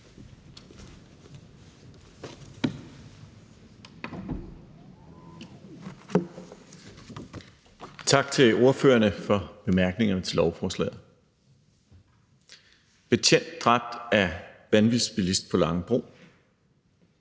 Tak til ordførerne for bemærkningerne til lovforslaget. »Betjent dræbt af vanvidsbilist på Langebro«.